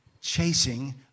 chasing